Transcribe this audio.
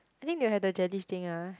I think they will have the gellish thing ah